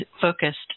focused